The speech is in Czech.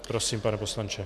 Prosím, pane poslanče.